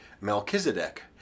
Melchizedek